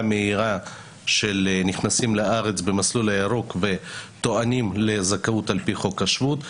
מהירה של הנכנסים לארץ במסלול הירוק וטוענים לזכאות על פי חוק השבות,